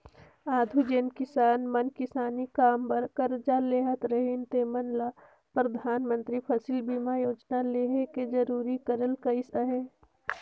आघु जेन किसान मन किसानी काम बर करजा लेहत रहिन तेमन ल परधानमंतरी फसिल बीमा योजना लेहे ले जरूरी करल गइस अहे